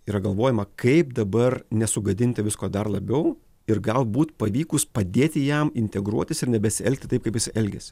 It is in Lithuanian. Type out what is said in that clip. yra galvojama kaip dabar nesugadinti visko dar labiau ir galbūt pavykus padėti jam integruotis ir nebesielgti taip kaip jis elgėsi